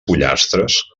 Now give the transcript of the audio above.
pollastres